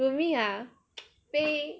to me ah pay